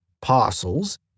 Parcels